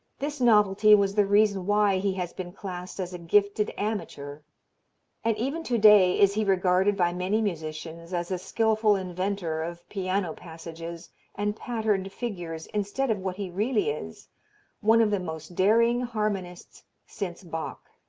this novelty was the reason why he has been classed as a gifted amateur and even to-day is he regarded by many musicians as a skilful inventor of piano passages and patterned figures instead of what he really is one of the most daring harmonists since bach.